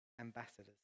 ambassadors